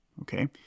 okay